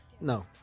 No